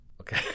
Okay